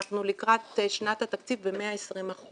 אנחנו לקראת שנת התקציב ב-120%.